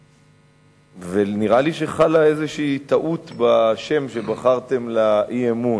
ונראה לי שחלה איזושהי טעות בשם שבחרתם לאי-אמון.